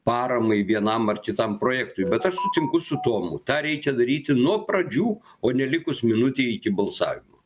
paramai vienam ar kitam projektui bet aš sutinku su tomu tą reikia daryti nuo pradžių o ne likus minutei iki balsavimo